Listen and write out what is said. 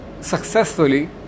successfully